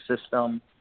system